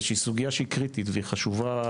זו סוגיה שהיא קריטית והיא חשובה,